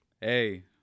hey